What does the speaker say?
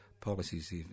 policies